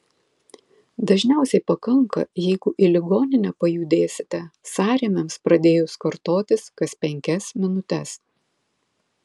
dažniausiai pakanka jeigu į ligoninę pajudėsite sąrėmiams pradėjus kartotis kas penkias minutes